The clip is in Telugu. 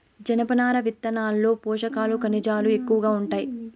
జనపనార విత్తనాల్లో పోషకాలు, ఖనిజాలు ఎక్కువగా ఉంటాయి